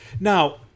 Now